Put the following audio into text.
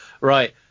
Right